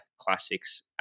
classics